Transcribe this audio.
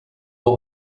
but